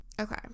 Okay